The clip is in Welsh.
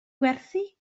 werthu